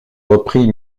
reprit